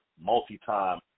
multi-time